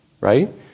right